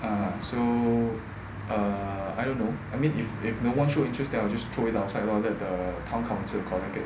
ah so err I don't know I mean if if no one show interest then I'll just throw it outside lor let the the town council collect it